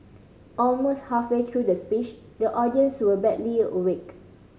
almost halfway through the speech the audience were barely awake